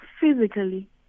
Physically